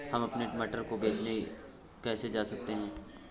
हम अपने मटर को बेचने कैसे जा सकते हैं?